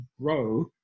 grow